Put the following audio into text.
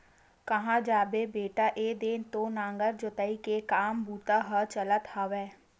काँहा जाबे बेटा ऐदे तो नांगर जोतई के काम बूता ह चलत हवय